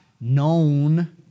known